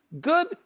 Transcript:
Good